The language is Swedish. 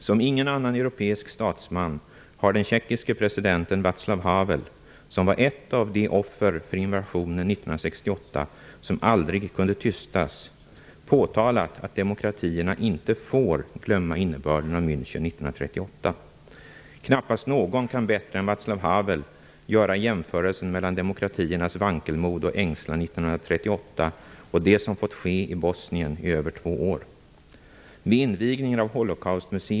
Som ingen annan europeisk statsman har den tjeckiske presidenten Vaclav Havel, som var ett av de offer för invasionen 1968 som aldrig kunde tystas, påtalat att demokratierna inte får glömma innebörden av München 1938. Knappast någon kan bättre än Vaclav Havel göra jämförelsen mellan demokratiernas vankelmod och ängslan 1938 och det som fått ske i Bosnien i över två år.